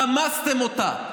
רמסתם אותה.